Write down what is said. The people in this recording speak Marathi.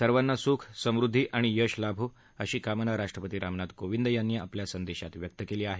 सर्वांना सुखी समृद्धी आणि यश लाभो अशी कामना राष्ट्रपती रामनाथ कोविंद यांनी आपल्या संदेशात व्यक्त केली आहे